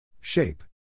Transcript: Shape